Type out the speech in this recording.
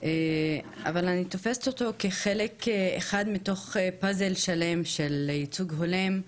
אבל אני תופסת אותו כחלק אחד מתוך פאזל שלם של ייצוג הולם,